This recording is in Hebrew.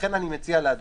לכן אני מציע לאדוני,